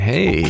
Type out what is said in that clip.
Hey